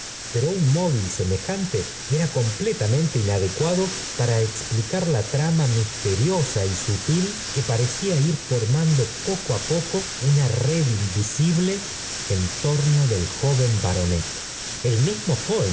pero un móvil semejante era completamente inadecuado para explicar la trama misteriosa y sutil que parecía ir formando poco á poco tina red invisible en tomo del joven baronet el mismo